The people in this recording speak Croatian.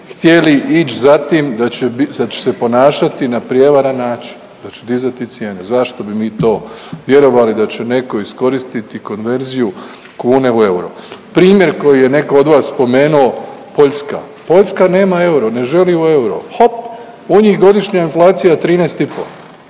tim da će bi…, da će se ponašati na prijevaran način, da će dizati cijene, zašto bi mi to vjerovali da će neko iskoristiti konverziju kune u euro. Primjer koji je neko od vas spomenuo, Poljska, Poljska nema euro, ne želi u euro, hop u njih godišnja inflacija je